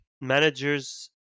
managers